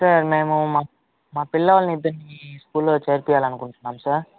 sir మేము మా మా పిల్లల్ని ఇద్దరినీ మీ స్కూల్లో చేర్పియ్యాలి అనుకుంటున్నం సార్